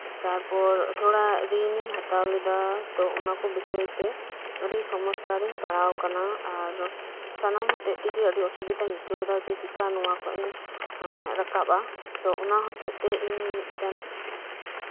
ᱛᱟᱨᱯᱚᱨ ᱛᱷᱚᱲᱟ ᱨᱤᱱᱤᱧ ᱦᱟᱛᱟᱣ ᱞᱮᱫᱟ ᱛᱚ ᱚᱱᱟᱠᱚ ᱵᱤᱥᱚᱭ ᱛᱮ ᱟᱰᱤ ᱥᱚᱢᱚᱥᱥᱟ ᱨᱤᱧ ᱯᱟᱲᱟᱣᱠᱟᱱᱟ ᱟᱨ ᱥᱟᱱᱟᱢ ᱦᱚᱛᱮᱡ ᱛᱮᱜᱮ ᱟᱰᱤ ᱚᱥᱩᱵᱤᱫᱷᱟᱧ ᱟᱹᱭᱠᱟᱹᱣ ᱮᱫᱟ ᱡᱮ ᱪᱤᱠᱟᱹ ᱱᱚᱶᱟ ᱠᱷᱚᱱ ᱤᱧ ᱨᱟᱠᱟᱵᱼᱟ ᱛᱚ ᱚᱱᱟ ᱦᱚᱛᱮᱡ ᱛᱮ ᱤᱧ ᱢᱤᱫ ᱴᱮᱱ